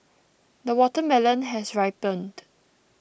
the watermelon has ripened